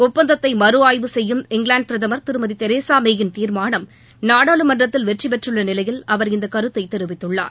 ஒப்பந்தத்தை மறுஆய்வு சுெய்யும் இங்கிலாந்து பிரதமர் திருமதி தெரசா மே யின் தீர்மானம் நாடாளுமன்றத்தில் வெற்றிபெற்றுள்ள நிலையில் அவர் இந்த கருத்தை தெரிவித்துள்ளார்